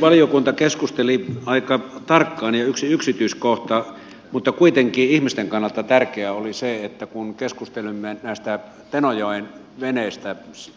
valiokunta keskusteli aika tarkkaan ja yksi yksityiskohta mutta kuitenkin ihmisten kannalta tärkeä oli se että kun keskustelimme näistä tenojoen veneistä